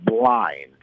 blind